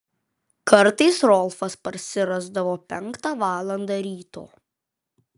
kartais rolfas parsirasdavo penktą valandą ryto